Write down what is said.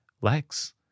legs